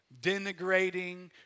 denigrating